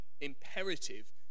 imperative